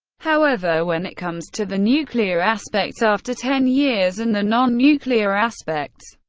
however, when it comes to the nuclear aspects after ten years and the non-nuclear aspects,